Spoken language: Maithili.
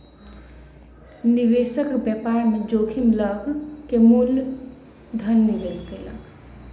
निवेशक व्यापार में जोखिम लअ के मूल धन निवेश कयलक